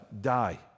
die